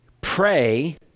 pray